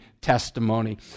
Testimony